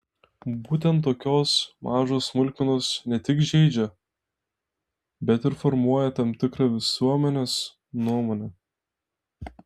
būtent tokios mažos smulkmenos ne tik žeidžia bet ir formuoja tam tikrą visuomenės nuomonę